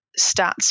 stats